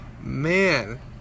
man